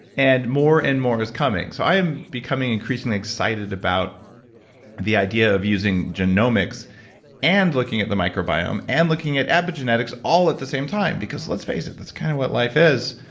and more and more is coming. so i am becoming increasingly excited about the idea of using genomics and looking at the microbiome, and looking at abiogenetics all at the same time because, let's face it, that's kind of what life is.